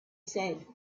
said